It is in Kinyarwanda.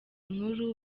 nkuru